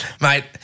Mate